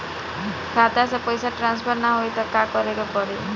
खाता से पैसा टॉसफर ना होई त का करे के पड़ी?